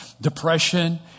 Depression